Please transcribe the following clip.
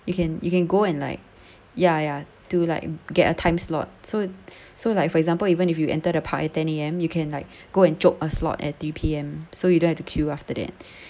you can you can go and like ya ya to like get a time slot so so like for example even if you enter the park at ten A_M you can like go and chope a slot at three P_M so you don't have to queue after that